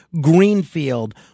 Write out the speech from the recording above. Greenfield